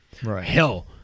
Hell